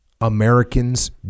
Americans